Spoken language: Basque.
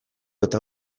eta